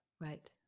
Right